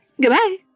Goodbye